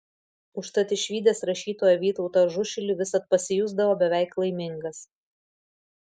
užtat išvydęs rašytoją vytautą ažušilį visad pasijusdavo beveik laimingas